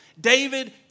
David